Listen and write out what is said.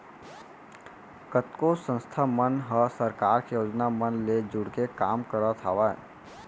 कतको संस्था मन ह सरकार के योजना मन ले जुड़के काम करत हावय